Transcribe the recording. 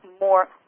more